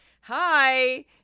hi